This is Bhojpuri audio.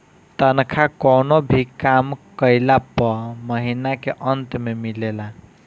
तनखा कवनो भी काम कइला पअ महिना के अंत में मिलेला